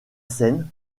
seine